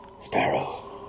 Sparrow